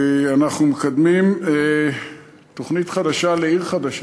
אנחנו מקדמים תוכנית חדשה לעיר חדשה.